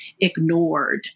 ignored